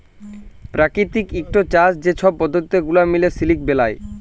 পেরাকিতিক ইকট চাষ যে ছব পদ্ধতি গুলা মিলে সিলিক বেলায়